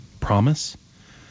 Promise